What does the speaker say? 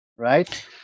Right